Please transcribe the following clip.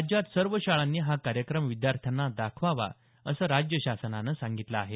राज्यात सर्व शाळांनी हा कार्यक्रम विद्यार्थ्यांना दाखवावा असं राज्य शासनानं सांगितलं आहे